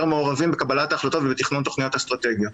מעורבים בקבלת החלטות ובתכנון תכניות אסטרטגיות.